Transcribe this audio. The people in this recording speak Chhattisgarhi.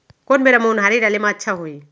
कोन बेरा म उनहारी डाले म अच्छा होही?